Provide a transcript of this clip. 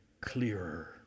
clearer